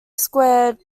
squared